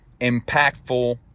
impactful